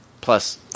Plus